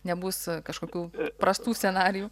nebus kažkokių prastų scenarijų